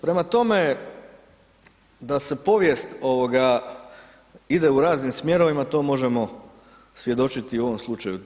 Prema tome, da se povijest, ide u raznim smjerovima, to možemo svjedočiti u ovom slučaju.